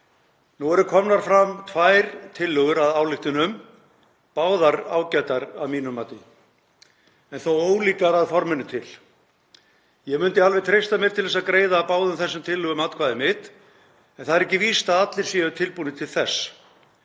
Nú eru komnar fram tvær tillögur að ályktun, báðar ágætar að mínu mati en þó ólíkar að forminu til. Ég myndi alveg treysta mér til að greiða báðum þessum tillögum atkvæði mitt en það er ekki víst að allir séu tilbúnir til þess.